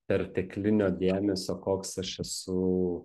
perteklinio dėmesio koks aš esu